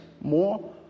more